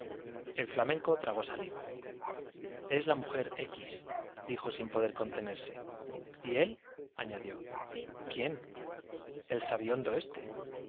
el flamenco tragó saliva es la mujer x dijo sin poder contenerse y él añadió quién el sabihondo ese